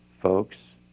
Folks